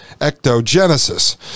ectogenesis